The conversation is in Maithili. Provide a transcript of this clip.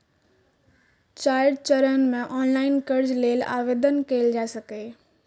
चारि चरण मे ऑनलाइन कर्ज लेल आवेदन कैल जा सकैए